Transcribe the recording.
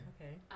okay